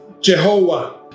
Jehovah